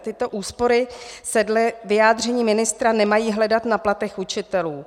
Tyto úspory se dle vyjádření ministra nemají hledat na platech učitelů.